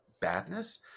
badness